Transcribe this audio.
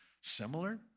similar